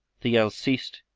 the yells ceased,